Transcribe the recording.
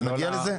אז נגיע לזה?